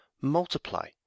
multiply